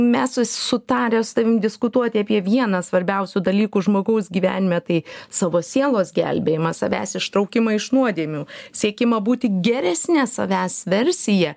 mes sutarę su tavim diskutuoti apie vieną svarbiausių dalykų žmogaus gyvenime tai savo sielos gelbėjimą savęs ištraukimą iš nuodėmių siekimą būti geresne savęs versija